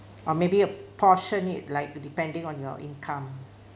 or maybe a portion it like the depending on your income